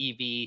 ev